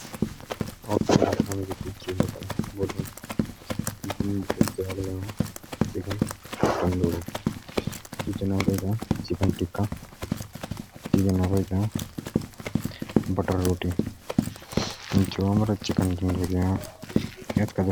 खाने की पांच चीज पनीर टिक्का, चिकन, बिरयानी, आलू पराठा, दाल, चावल, आलू बजी, एजी